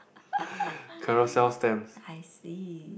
I see